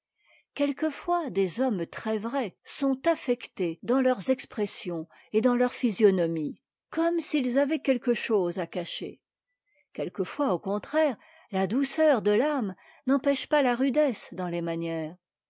queiquefois des hommes très vrais sont affectés dans leurs expressions et dans leur physionomie comme s'ils avaient quoique chose à cacher quelquefois au contraire la douceur de l'âme n'empêche pas la rudesse dans les manières